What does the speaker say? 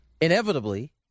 inevitably